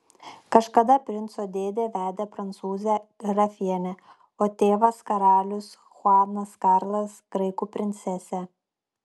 kažkada princo dėdė vedė prancūzę grafienę o tėvas karalius chuanas karlas graikų princesę